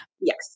Yes